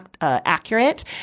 accurate